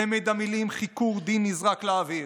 צמד המילים "חיקור דין" נזרק לאוויר.